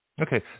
Okay